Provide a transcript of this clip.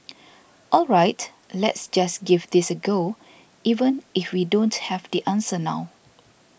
all right let's just give this a go even if we don't have the answer now